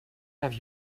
have